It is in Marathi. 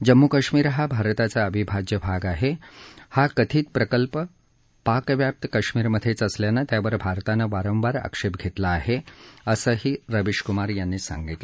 जम्मू कश्मीर हा भारताचा अविभाज्य भाग आहे हा कथित प्रकल्प पाकव्याप्त कश्मीरमधेच असल्यानं त्यावर भारतानं वारंवार आक्षेप घेतला आहे असंही रविशकुमार यांनी सांगितलं